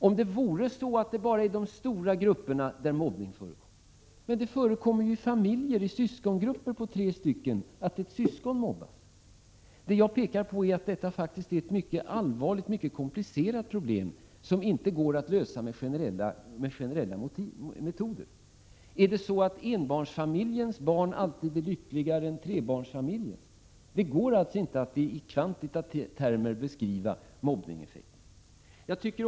Om det vore så enkelt att mobbning bara förekom i stora grupper! Men mobbning förekommer ju i familjer, och det förekommer i syskongrupper om exempelvis tre stycken att ett syskon mobbas. Det jag pekar på är att detta faktiskt är ett mycket allvarligt, ett mycket komplicerat problem, som inte kan lösas med generella metoder. Är det så att enbarnsfamiljens barn alltid är lyckligare än trebarnsfamiljens? Det går inte att i kvantitativa termer beskriva mobbningseffekten.